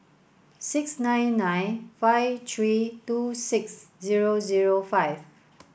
six nine nine five three two six zero zero five